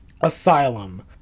Asylum